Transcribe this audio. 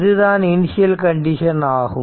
இதுதான் initial condition ஆகும்